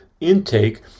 intake